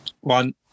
One